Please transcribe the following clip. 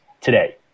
today